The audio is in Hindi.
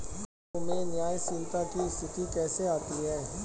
करों में न्यायशीलता की स्थिति कैसे आती है?